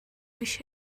биш